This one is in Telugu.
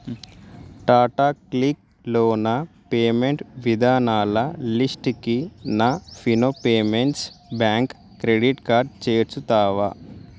టాటా క్లిక్లో నా పేమెంట్ విధానాల లిస్టుకి నా Fino payments bank credit card చేర్చుతావా